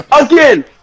Again